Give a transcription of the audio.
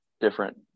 different